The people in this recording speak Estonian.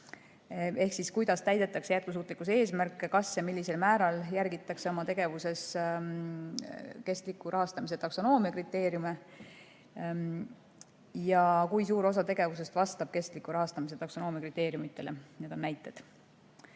Ehk siis kuidas täidetakse jätkusuutlikkuse eesmärke, kas ja millisel määral järgitakse oma tegevuses kestliku rahastamise taksonoomia kriteeriume ja kui suur osa tegevusest vastab kestliku rahastamise taksonoomia kriteeriumidele. Need on näited.